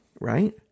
right